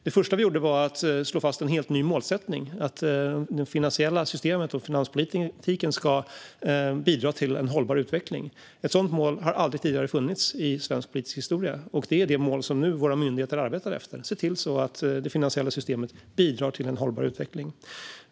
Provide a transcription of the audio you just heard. Det första vi gjorde var att slå fast en helt ny målsättning: att det finansiella systemet och finanspolitiken ska bidra till en hållbar utveckling. Något sådant mål har aldrig tidigare funnits i svensk politisk historia. Det är nu det mål som våra myndigheter arbetar efter - att se till så att det finansiella systemet bidrar till en hållbar utveckling.